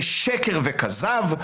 זה שקר וכזב.